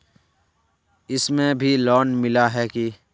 इसमें भी लोन मिला है की